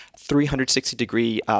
360-degree